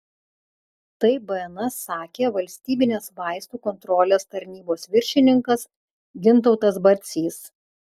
tai bns sakė valstybinės vaistų kontrolės tarnybos viršininkas gintautas barcys